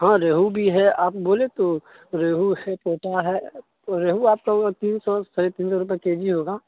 ہاں ریہو بھی ہے آپ بولے تو ریہو ہے پوٹا ہے ریہو آپ کا ہوگا تین سو ساڑھے تین سو روپئے کے جی ہوگا